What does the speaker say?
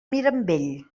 mirambell